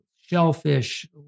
shellfish